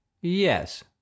yes